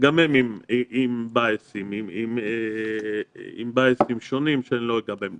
גם הם עם בייסים שונים שלא אגע בהם.